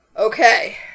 Okay